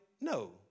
No